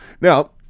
Now